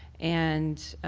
and